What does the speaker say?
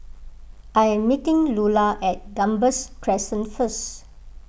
I am meeting Lula at Gambas Crescent first